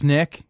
Nick